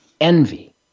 envy